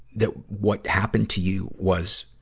that what happened to you was,